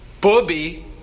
Bobby